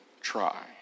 try